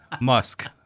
Musk